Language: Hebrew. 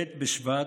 ב' בשבט,